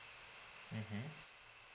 mmhmm